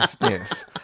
yes